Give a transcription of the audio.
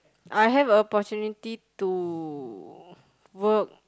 I have opportunity to work